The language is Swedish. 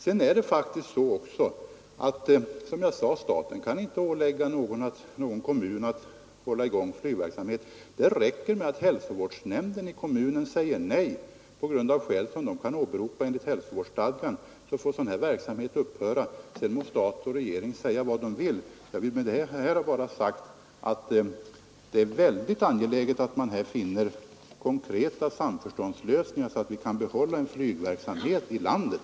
Som jag sade kan staten faktiskt inte ålägga någon kommun att hålla i gång flygverksamhet. Det räcker att hälsovårdsnämnden i kommunen säger nej av skäl som den kan åberopa enligt hälsovårdsstadgan, så får sådan här verksamhet upphöra — sedan må regeringen säga vad den vill. Det är alltså väldigt angeläget att vi här finner konkreta samförståndslösningar, så att vi kan behålla en flygverksamhet i landet.